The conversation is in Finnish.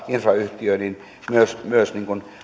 infrayhtiö on olemassa myös